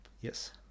yes